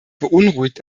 beunruhigt